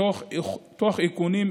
תוך איכונם,